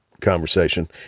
conversation